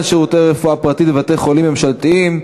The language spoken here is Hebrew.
שירותי רפואה פרטית בבתי-חולים ציבוריים),